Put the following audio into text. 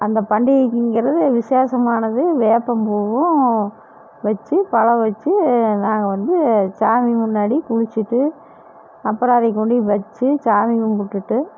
அந்த பண்டிகைங்கிறது விசேஷமானது வேப்பம் பூவும் வச்சி பழம் வச்சி நாங்கள் வந்து சாமி முன்னாடி குளித்துட்டு அப்புறம் அதைக் கொண்டு போய் வச்சி சாமி கும்பிட்டுட்டு